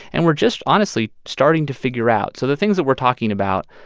and we're just, honestly, starting to figure out. so the things that we're talking about,